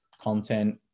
content